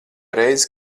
reizi